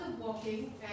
walking